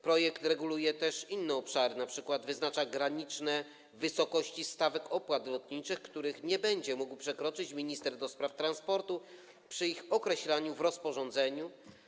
Projekt reguluje też inne obszary, np. wyznacza graniczne wysokości stawek opłat lotniczych, których nie będzie mógł przekroczyć minister do spraw transportu przy ich określaniu w rozporządzeniu.